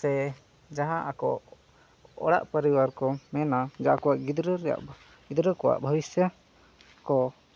ᱥᱮ ᱡᱟᱦᱟᱸ ᱟᱠᱚ ᱚᱲᱟᱜ ᱯᱚᱨᱤᱵᱟᱨ ᱠᱚ ᱢᱮᱱᱟ ᱟᱠᱚᱣᱟᱜ ᱜᱤᱫᱽᱨᱟᱹ ᱨᱮᱭᱟᱜ ᱜᱤᱫᱽᱨᱟᱹ ᱠᱚᱣᱟᱜ ᱵᱷᱚᱵᱤᱥᱥᱚ